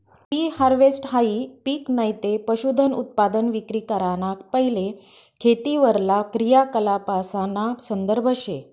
pre हारवेस्टहाई पिक नैते पशुधनउत्पादन विक्री कराना पैले खेतीवरला क्रियाकलापासना संदर्भ शे